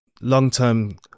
long-term